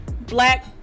black